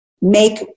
make